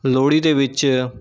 ਲੋਹੜੀ ਦੇ ਵਿੱਚ